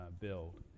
build